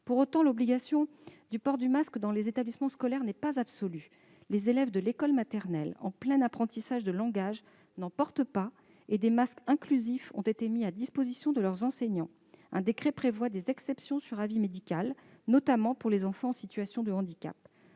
Pour autant, l'obligation du port du masque dans les établissements scolaires n'est pas absolue. Les élèves de l'école maternelle, en plein apprentissage du langage, n'en portent pas, et des masques inclusifs ont été mis à disposition de leurs enseignants. Un décret prévoit également des exceptions sur avis médical, notamment pour les enfants en situation de handicap.